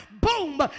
boom